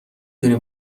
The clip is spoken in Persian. تونی